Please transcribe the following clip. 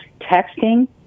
texting